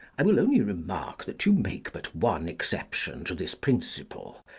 i will only remark, that you make but one exception to this principle,